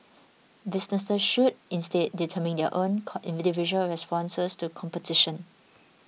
businesses should instead determine their own individual responses to competition